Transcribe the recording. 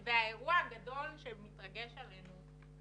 אני --- והאירוע הגדול שמתרגש עלינו,